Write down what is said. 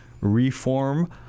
reform